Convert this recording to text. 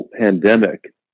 pandemic